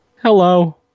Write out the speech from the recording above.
Hello